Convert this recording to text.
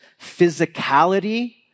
Physicality